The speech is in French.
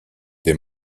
des